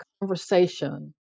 conversation